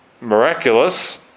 miraculous